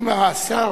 אם השר